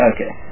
Okay